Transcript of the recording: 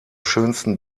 schönsten